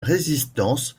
résistance